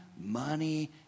money